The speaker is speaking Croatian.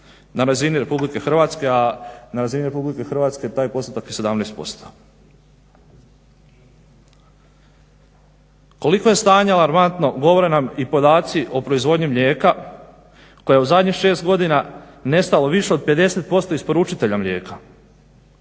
na razini RH, a na razini RH taj postotak je 17%. Koliko je stanje alarmantno govore nam i podaci o proizvodnji mlijeka koja u zadnjih 6 godina nestalo više od 50% isporučitelja mlijeka.